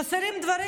חסרים דברים.